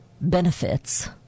benefits